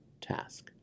task